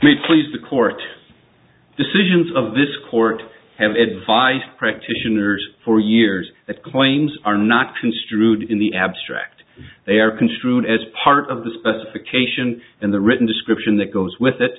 fact pleased to court decisions of this court have advice practitioners for years that claims are not construed in the abstract they are construed as part of the specification in the written description that goes with it